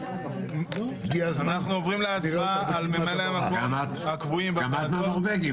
אנחנו עוברים להצבעה על ממלאי המקום הקבועים בוועדות.